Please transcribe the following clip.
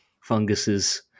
funguses